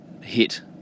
hit